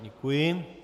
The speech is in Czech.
Děkuji.